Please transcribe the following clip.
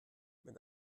mit